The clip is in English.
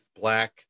black